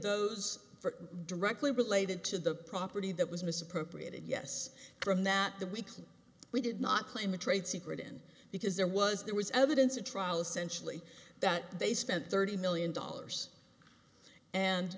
those directly related to the property that was misappropriated yes from that that we can we did not claim a trade secret in because there was there was evidence a trial essentially that they spent thirty million dollars and